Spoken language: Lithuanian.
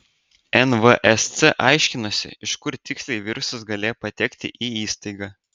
nvsc aiškinasi iš kur tiksliai virusas galėjo patekti į įstaigą